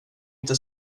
inte